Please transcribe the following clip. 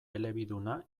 elebiduna